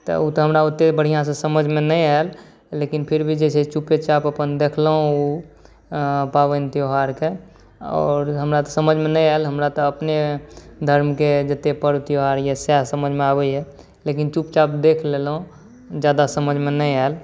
तऽ ओ तऽ हमरा ओतेक बढ़िआँसँ समझमे नहि आएल लेकिन फिर भी जे छै चुपेचाप अपन देखलहुँ अँ पाबनि त्योहारके आओर हमरा तऽ समझमे नहि आएल हमरा तऽ अपने धर्मके जतेक पर्व त्योहार अइ से समझमे आबैए लेकिन चुपचाप देख लेलहुँ ज्यादा समझमे नहि आएल